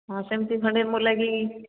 ହଁ ସେମିତି ଖଣ୍ଡେ ମୋ ଲାଗି